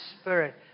Spirit